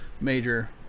major